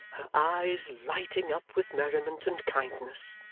eyes lighting up with merriment and kindness.